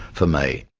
for me.